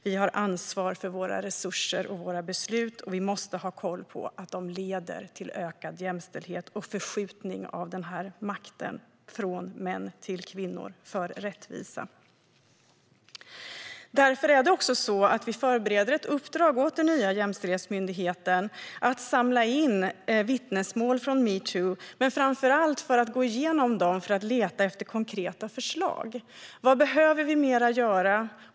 Vi har ansvar för våra resurser och våra beslut, och vi måste ha koll på att de leder till ökad jämställdhet och förskjutning av den här makten från män till kvinnor för rättvisa. Därför är det också så att vi förbereder ett uppdrag åt den nya jämställdhetsmyndigheten att samla in vittnesmål från metoo, framför allt för att gå igenom dem och leta efter konkreta förslag. Vad behöver vi göra mer?